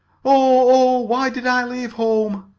oh, why did i leave home!